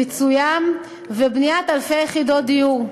מתן פיצויים ובניית אלפי יחידות דיור,